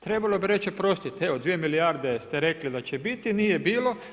Trebalo bi reći oprostite evo 2 milijarde ste rekli da će biti, nije bilo.